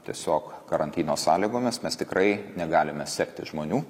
tiesiog karantino sąlygomis mes tikrai negalime sekti žmonių